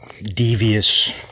devious